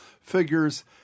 figures